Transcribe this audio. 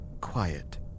quiet